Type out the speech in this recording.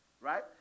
right